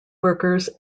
workers